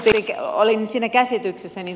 no olin siinä käsityksessä